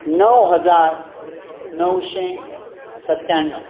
णव हजार णवशें सत्याणव